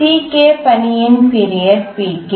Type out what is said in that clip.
Tk பணியின் period Pk